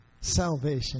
Salvation